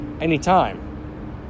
anytime